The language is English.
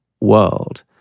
world